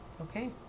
Okay